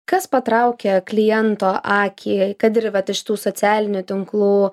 kas patraukia kliento akį kad ir vat iš tų socialinių tinklų